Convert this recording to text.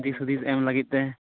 ᱫᱤᱥ ᱦᱩᱫᱤᱥ ᱮᱢ ᱞᱟᱹᱜᱤᱫᱛᱮ